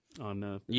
on